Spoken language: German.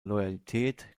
loyalität